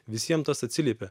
visiem tas atsiliepia